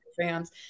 fans